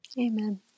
Amen